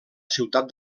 ciutat